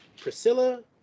Priscilla